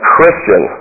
Christian